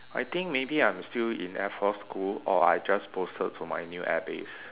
I think maybe I'm still in air force school or I just posted to my new air base